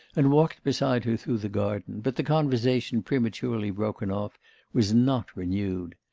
and walked beside her through the garden but the conversation prematurely broken off was not renewed.